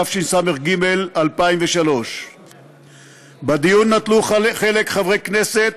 התשס"ג 2003. בדיון נטלו חלק חברי כנסת,